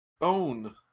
own